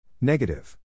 Negative